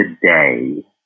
today